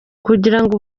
kugirango